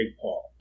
Paul